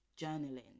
journaling